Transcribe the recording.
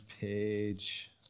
page